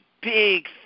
big